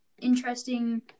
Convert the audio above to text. interesting